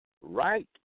right